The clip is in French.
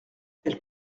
elle